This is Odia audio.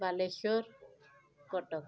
ବାଲେଶ୍ୱର କଟକ